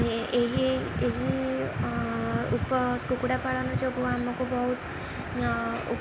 ଏହି ଏହି ଉପ କୁକୁଡ଼ା ପାାଳନ ଯୋଗୁଁ ଆମକୁ ବହୁତ